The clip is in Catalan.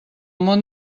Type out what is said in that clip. món